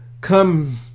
come